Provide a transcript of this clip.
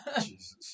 Jesus